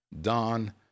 Don